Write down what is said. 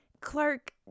Clark